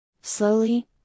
Slowly